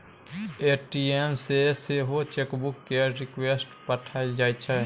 ATM सँ सेहो chequebook केर रिक्वेस्ट पठाएल जाइ छै